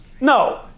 No